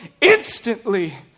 instantly